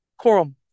Corum